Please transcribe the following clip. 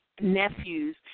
nephews